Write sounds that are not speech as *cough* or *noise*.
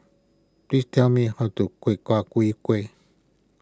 please tell me how to *unintelligible* Kueh